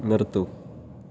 നിർത്തൂ